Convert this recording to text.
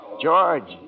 George